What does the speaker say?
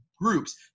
groups